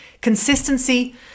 Consistency